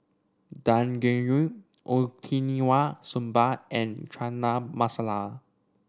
Dangojiru Okinawa Soba and Chana Masala